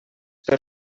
per